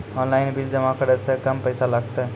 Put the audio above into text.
Online bill जमा करै से कम पैसा लागतै?